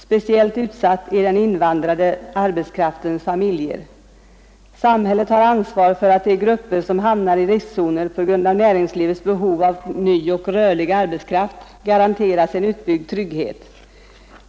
Speciellt utsatta är den invandrade arbetskraftens familjer. Samhället har ansvar för att de grupper som hamnar i riskzoner på grund av näringslivets behov av ny och rörlig arbetskraft garanteras en utbyggd trygghet.